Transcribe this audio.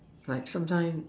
like sometime